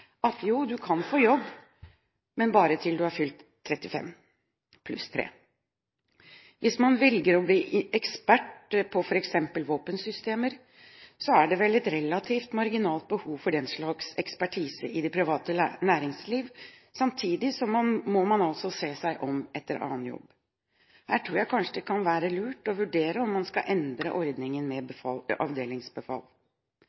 Jo, du kan få jobb, men bare til du er fylt 35 pluss tre. Hvis man velger å bli ekspert på f.eks. våpensystemer, er det et relativt marginalt behov for den slags ekspertise i det private næringsliv. Samtidig må man altså se seg om etter en annen jobb. Her tror jeg kanskje det kan være lurt å vurdere om man skal endre ordningen med